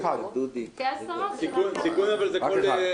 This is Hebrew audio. אוכלוסייה בסיכון זה מגיל מסוים,